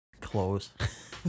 close